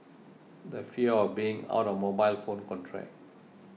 the fear of being out of mobile phone contact